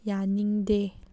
ꯌꯥꯅꯤꯡꯗꯦ